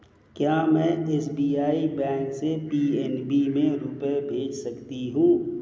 क्या में SBI bank से पी.एन.बी में रुपये भेज सकती हूँ?